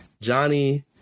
Johnny